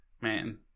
man